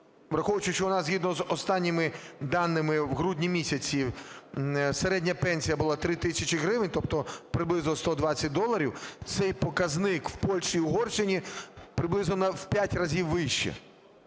враховуючи, що у нас згідно з останніми даними в грудні місяці середня пенсія була 3 тисячі гривень, тобто приблизно сто двадцять доларів, цей показник у Польщі, Угорщині приблизно в п'ять разів вищий.